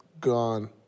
gone